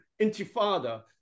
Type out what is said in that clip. Intifada